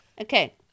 okay